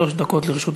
שלוש דקות לרשות